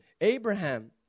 Abraham